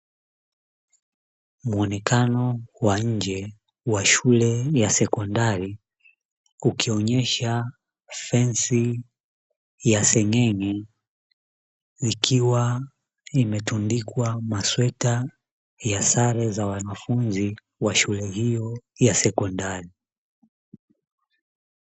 Muonekano wa nje wa shule ya sekondari ukionyesha fensi ya seng'enge ikiwa imetundikwa masweta ya sare za wanafunzi wa shule hiyo ya sekondari.